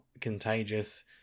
contagious